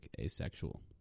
asexual